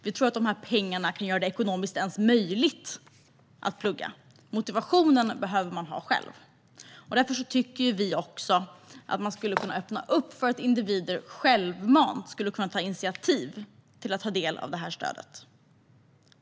Vi tror inte att dessa pengar ens kan göra det ekonomiskt möjligt att plugga. Motivationen behöver man ha själv. Därför tycker vi att man skulle kunna öppna upp för att individer självmant skulle kunna ta initiativ till att ta del av detta stöd.